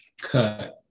cut